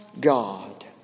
God